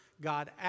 God